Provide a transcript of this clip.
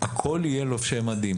הכול יהיה לובשי מדים